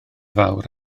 fawr